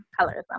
Colorism